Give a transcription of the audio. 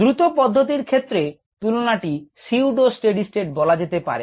দ্রুত পধ্যতির ক্ষেত্রে তুলানাটি pseudo steady state বলা যেতে পারে